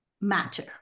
matter